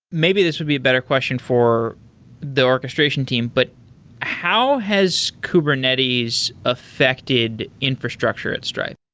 maybe this would be a better question for the orchestration team, but how has kubernetes affected infrastructure at stripe?